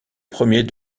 premier